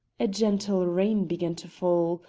a gentle rain began to fall,